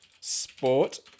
sport